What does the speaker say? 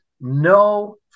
No